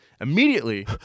Immediately